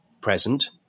present